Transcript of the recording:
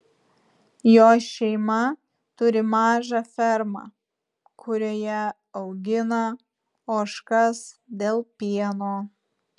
jos šeima turi mažą fermą kurioje augina ožkas dėl pieno